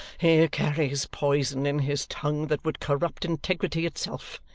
he carries poison in his tongue that would corrupt integrity itself.